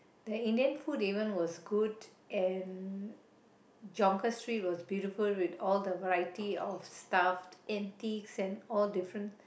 the Indian food even was good and Jonker Street was beautiful with all the variety of stuff antiques and all different